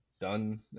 done